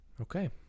Okay